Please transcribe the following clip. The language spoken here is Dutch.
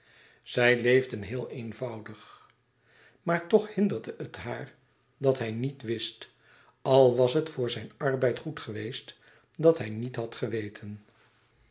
zij leefden heel eenvoudig maar toch hinderde het haar dat hij het niet wist al was het voor zijn arbeid goed geweest dat hij niet had geweten